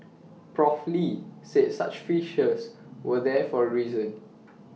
Prof lee said such features were there for A reason